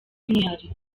umwihariko